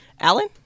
Alan